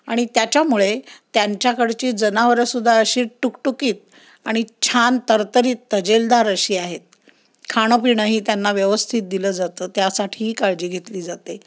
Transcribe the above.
आणि त्याच्यामुळे त्यांच्याकडची जनावरंसुद्धा अशी टुकटुकीत आणि छान तरतरीत तजेलदार अशी आहेत खाणंपिणंही त्यांना व्यवस्थित दिलं जातं त्यासाठीही काळजी घेतली जाते